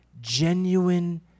Genuine